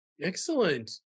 excellent